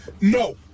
No